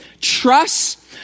Trust